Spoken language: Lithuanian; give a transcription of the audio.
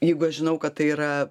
jeigu aš žinau kad tai yra